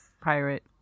pirate